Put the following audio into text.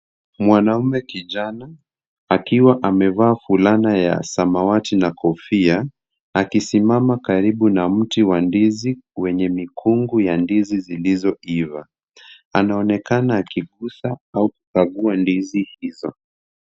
Mwanaume kijana akiwa amevaa fulana ya samawati na kofia akisimama karibu na mti wa ndizi wenye mikungu ya ndizi zilizoiva. Anaonekana akigusa au kukagua ndizi hizo.